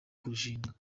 kurushingana